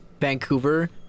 Vancouver